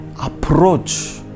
approach